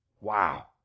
Wow